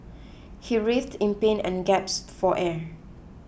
he writhed in pain and gasped for air